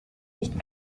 nicht